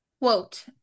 Quote